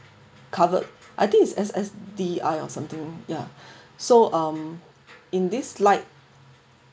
covered I think it's S_S_D_I or something ya so um in this light